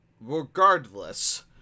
Regardless